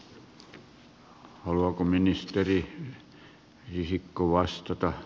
haluaako ministeri risikko vastata